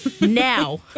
Now